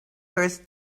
first